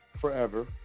Forever